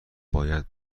باید